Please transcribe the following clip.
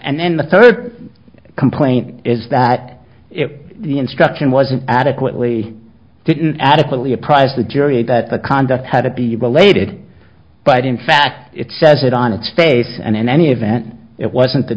and then the third complaint is that if the instruction wasn't adequately didn't adequately apprised the jury that the conduct had to be related but in fact it says it on its face and in any event it wasn't the